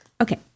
Okay